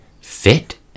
fit